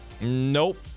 Nope